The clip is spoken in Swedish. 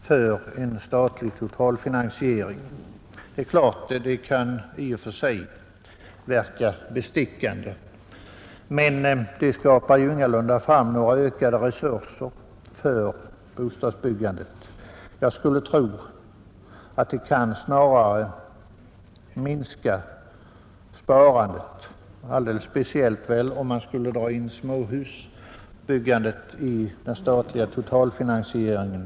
Det är klart att det i och för sig kan verka bestickande, men det skapar ingalunda några ökade resurser för bostadsbyggandet. Jag skulle tro att det snarare kan minska sparandet, alldeles speciellt om man skulle dra in småhusbyggandet i den statliga totalfinansieringen.